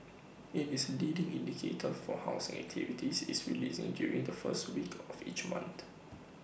IT is leading indicator for housing activity is released during the first week of each month